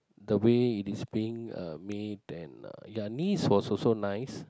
the way it is been uh made and uh ya Nice was also nice